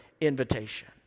invitation